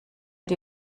die